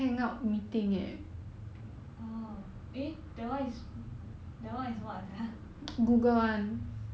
orh eh that one is that one is that one is what sia orh